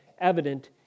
evident